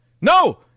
No